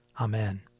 Amen